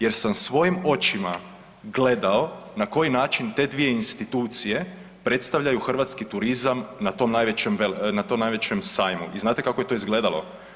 Jer sam svojim očima gledao na koji način te dvije institucije predstavljaju hrvatski turizam na tom najvećem sajmu i znate kako je to izgledalo?